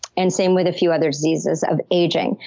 and same with a few other diseases of aging.